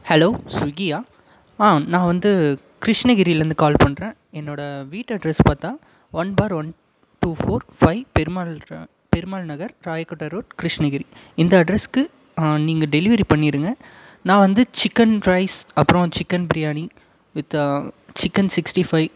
hello ஸ்விகியா ஆ நான் வந்து கிருஷ்ணகிரியிலேருந்து கால் பண்ணுறேன் என்னோட வீட்டு அட்ரஸ் பார்த்தா one bar one two four five Perumal Perumal Nagar Rayakottai road Krishnagiri இந்த அட்ரஸ்க்கு நீங்கள் டெலிவரி பண்ணிவிடுங்க நான் வந்து சிக்கன் ரைஸ் அப்புறம் chicken biryani with chicken sixty five